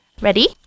Ready